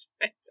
better